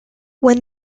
when